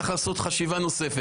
אז אני צריך לעשות חשיבה נוספת.